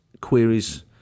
queries